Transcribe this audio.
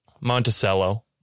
Monticello